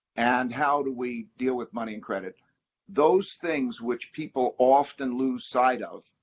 and how do we deal with money and credit those things, which people often lose sight of,